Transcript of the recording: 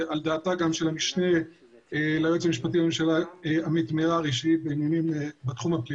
ועל דעתה גם של המשנה ליועץ המשפטי לממשלה עמית מררי שהיא בתחום הפלילי.